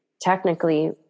technically